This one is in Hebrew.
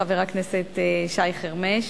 חבר הכנסת שי חרמש,